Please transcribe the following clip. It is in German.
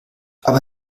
aber